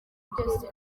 byose